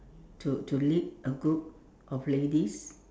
to to lead a group of ladies